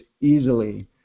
easily